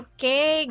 Okay